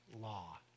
law